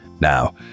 Now